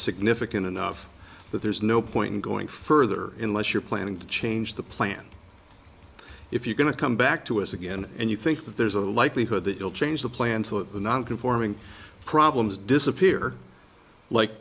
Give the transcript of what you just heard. significant enough that there's no point in going further in less you're planning to change the plan if you're going to come back to us again and you think that there's a likelihood that you'll change the plan so that the non conforming problems disappear like